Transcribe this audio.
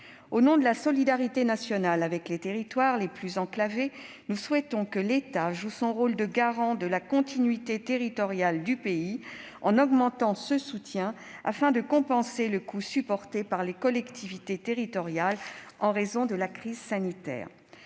Au nom de la solidarité nationale avec les territoires les plus enclavés, nous souhaitons que l'État joue son rôle de garant de la continuité territoriale du pays en augmentant ce soutien, afin de compenser le coût supporté par les collectivités territoriales en raison de la crise sanitaire.